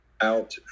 out